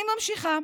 אני ממשיכה.